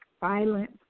violence